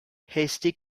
hasty